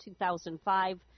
2005